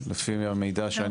לפי המידע שאני